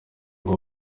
hari